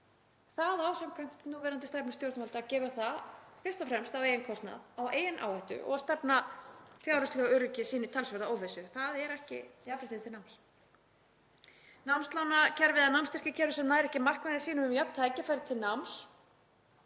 á samkvæmt núverandi stefnu stjórnvalda að gera það fyrst og fremst á eigin kostnað, á eigin áhættu og stefna fjárhagslegu öryggi sínu í talsverða óvissu. Það er ekki jafnrétti til náms. Námslánakerfi eða námsstyrkjakerfi sem nær ekki markmiðum sínum um jöfn tækifæri til náms